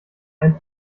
ein